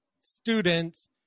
students